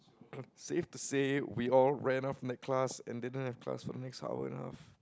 safe to say we all ran out from that class and didn't have class for the next hour and a half